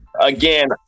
again